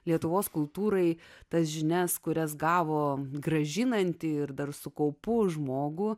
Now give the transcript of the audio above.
lietuvos kultūrai tas žinias kurias gavo grąžinanti ir dar su kaupu žmogų